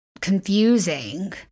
confusing